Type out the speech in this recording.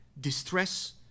distress